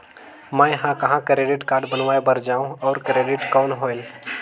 मैं ह कहाँ क्रेडिट कारड बनवाय बार जाओ? और क्रेडिट कौन होएल??